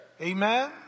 Amen